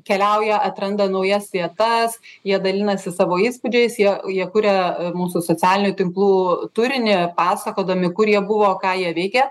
keliauja atranda naujas vietas jie dalinasi savo įspūdžiais jie jie kuria mūsų socialinių tinklų turinį pasakodami kuri jie buvo ką jie veikė